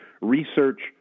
research